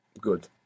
Good